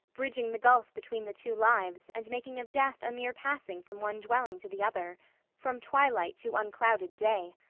bridging the gulf between the two lives and making of death a mere passing from one dwelling to the other from twilight to unclouded day.